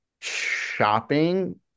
shopping